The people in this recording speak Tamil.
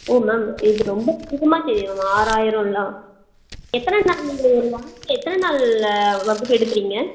ஓ மேம் இது ரொம்ப அதிகமாக தெரியிது மேம் ஆறாயிரமெலாம் எத்தனை நாள் நீங்கள் ஒரு வாரத்துக்கு எத்தனை நாள் வகுப்பு எடுக்குறீங்க